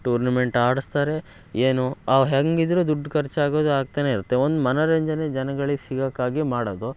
tournament ಆಡಿಸ್ತಾರೆ ಏನು ಅವು ಹೇಗಿದ್ರು ದುಡ್ಡು ಖರ್ಚಾಗೋದು ಆಗ್ತಲೇ ಇರುತ್ತೆ ಒಂದು ಮನರಂಜನೆ ಜನಗಳಿಗೆ ಸಿಗೋಕ್ಕಾಗಿ ಮಾಡೋದು